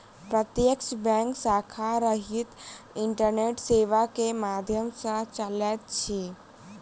प्रत्यक्ष बैंक शाखा रहित इंटरनेट सेवा के माध्यम सॅ चलैत अछि